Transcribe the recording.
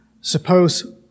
suppose